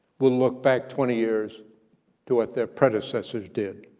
will look back twenty years to what their predecessors did.